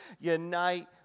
unite